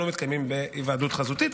הם לא מתקיימים בהיוועדות חזותית,